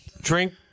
drink